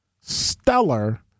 stellar